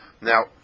Now